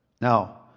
Now